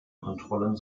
kontrollen